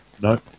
No